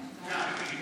כאן.